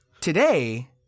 today